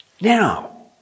Now